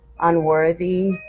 unworthy